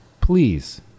please